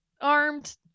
armed